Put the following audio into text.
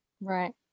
Right